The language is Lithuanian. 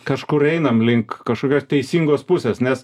kažkur einam link kažkokios teisingos pusės nes